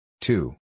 two